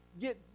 get